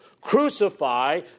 crucify